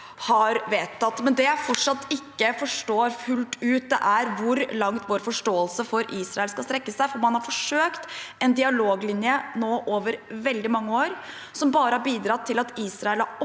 har vedtatt. Det jeg fortsatt ikke forstår fullt ut, er hvor langt vår forståelse for Israel skal strekke seg. Man har forsøkt en dialoglinje over veldig mange år nå, som bare har bidratt til at Israel har